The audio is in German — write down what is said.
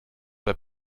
zwei